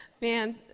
Man